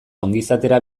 ongizatera